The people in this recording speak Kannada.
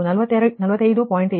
6 ಮೆಗಾವ್ಯಾಟ್ ಮತ್ತು 45